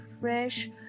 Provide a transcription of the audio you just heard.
fresh